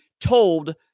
told